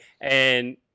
And-